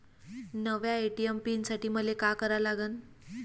नव्या ATM PIN साठी मले का करा लागन?